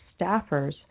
staffers